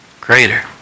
greater